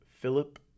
Philip